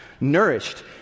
nourished